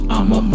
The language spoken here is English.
I'ma